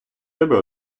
тебе